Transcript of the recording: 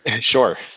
Sure